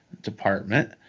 Department